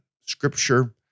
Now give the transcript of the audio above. Scripture